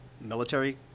military